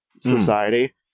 society